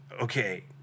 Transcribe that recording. okay –